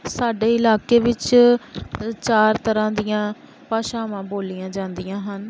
ਸਾਡੇ ਇਲਾਕੇ ਵਿੱਚ ਚਾਰ ਤਰ੍ਹਾਂ ਦੀਆ ਭਾਸ਼ਾਵਾਂ ਬੋਲੀਆਂ ਜਾਂਦੀਆਂ ਹਨ